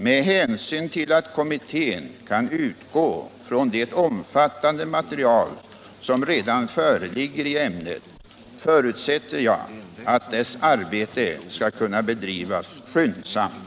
Med hänsyn till att kommittén kan utgå från det omfattande material som redan föreligger i ämnet förutsätter jag att dess arbete skall kunna bedrivas skyndsamt.